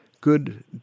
good